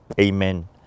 Amen